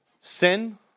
sin